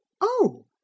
Oh